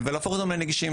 ולהפוך לנגישים,